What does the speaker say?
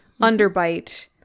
Underbite